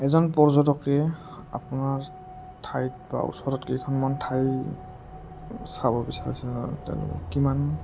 এজন পৰ্যটকে আপোনাৰ ঠাইত বা ওচৰত কেইখনমান ঠাই চাব বিচাৰিছে তেওঁলোকক কিমান